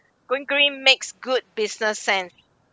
going green makes good business sense